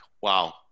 Wow